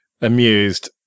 amused